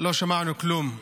לא שמענו כלום.